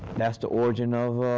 that's the origin of